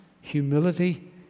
humility